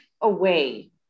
away